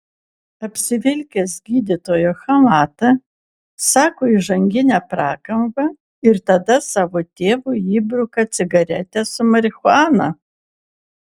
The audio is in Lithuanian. apsivilkęs gydytojo chalatą sako įžanginę prakalbą ir tada savo tėvui įbruka cigaretę su marihuana